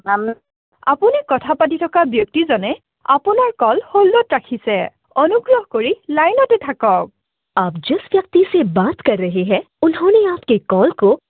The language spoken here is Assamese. আন আপুনি কথা পাতি থকা ব্যক্তিজনে আপোনাৰ কল হ'ল্ডত ৰাখিছে অনুগ্ৰহ কৰি লাইনতে থাকক আপ যিছ ব্যক্তিছে বাট কৰ ৰহি হে উন্হনে আপকে কল ক'